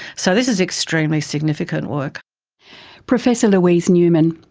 so this is extremely significant work professor louise newman.